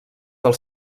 del